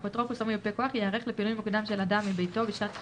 אפוטרופוס או מיופה כוח ייערך לפינוי מוקדם של אדם מביתו בשעת חירום,